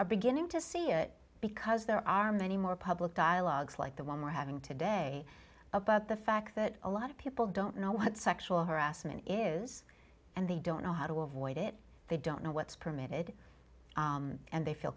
are beginning to see it because there are many more public dialogues like the one we're having today about the fact that a lot of people don't know what sexual harassment is and they don't know how to avoid it they don't know what's permitted and they feel